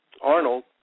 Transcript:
Arnold